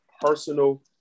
personal